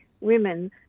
women